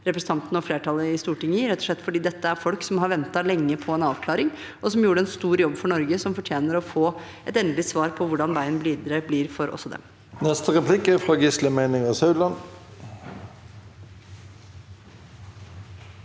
representanten og flertallet i Stortinget i, rett og slett fordi dette er folk som har ventet lenge på en avklaring, som gjorde en stor jobb for Norge, og som fortjener å få et endelig svar på hvordan veien videre blir også for dem. Gisle Meininger Saudland